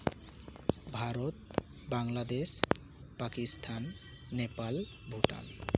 Bharat Bangladesh Pakistan Nepal Bhutan